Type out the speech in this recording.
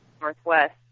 Northwest